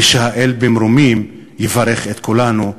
ושהאל במרומים יברך את כולנו.